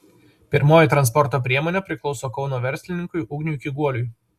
pirmoji transporto priemonė priklauso kauno verslininkui ugniui kiguoliui